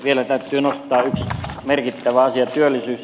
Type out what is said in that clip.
vielä täytyy nostaa yksi merkittävä asia